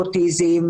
אוטיזם,